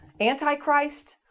Antichrist